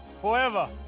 forever